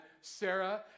Sarah